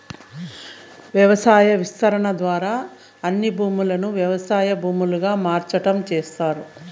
వ్యవసాయ విస్తరణ ద్వారా అన్ని భూములను వ్యవసాయ భూములుగా మార్సటం చేస్తారు